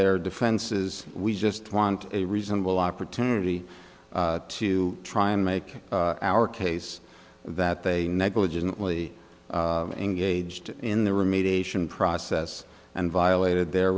their defenses we just want a reasonable opportunity to try and make our case that they negligently engaged in the remediation process and violated their